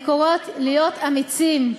אני קוראת להיות אמיצים.